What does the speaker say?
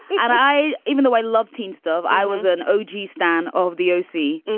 and i even though i love teen stuff, i was an o g. starn of the o c.